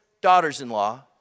daughters-in-law